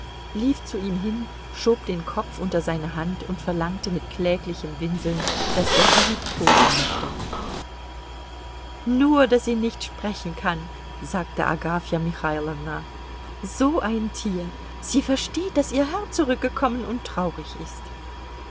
lief zu ihm hin schob den kopf unter seine hand und verlangte mit kläglichem winseln daß er sie liebkosen möchte nur daß sie nicht sprechen kann sagte agafja michailowna so ein tier sie versteht daß ihr herr zurückgekommen und traurig ist